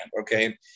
Okay